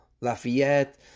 Lafayette